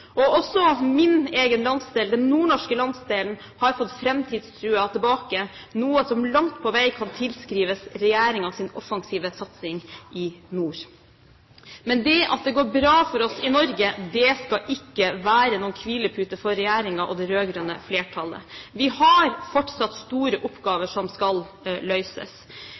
opp. Også min egen landsdel, den nordnorske landsdelen, har fått framtidstroen tilbake, noe som langt på vei kan tilskrives regjeringens offensive satsing i nord. Men det at det går bra for oss i Norge, skal ikke være noen hvilepute for regjeringen og det rød-grønne flertallet. Vi har fortsatt store oppgaver som skal løses.